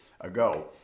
ago